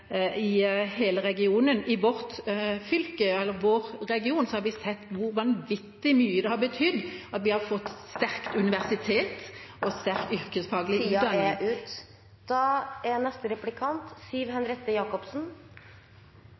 i hele regionen. I vårt fylke, eller vår region, har vi sett hvor vanvittig mye det har betydd at vi har fått sterkt universitet og sterk yrkesfaglig